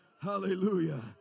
hallelujah